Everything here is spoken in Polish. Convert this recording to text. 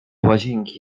łazienki